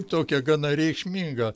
tokia gana reikšminga